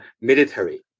military